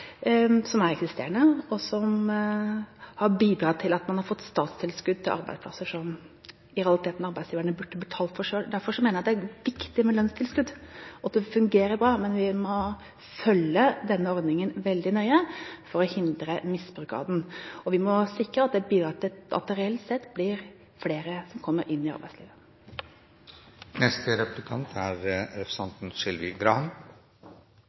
og bidratt til at man har fått statstilskudd til arbeidsplasser som i realiteten arbeidsgiverne burde betalt for selv. Derfor mener jeg at det er viktig med lønnstilskudd, og at det fungerer bra, men vi må følge denne ordningen veldig nøye for å hindre misbruk av den, og vi må sikre at det bidrar til at det reelt sett blir flere som kommer inn i arbeidslivet. Mange uføre blir uføre på grunn av en funksjonshemning, enten den er